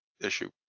issue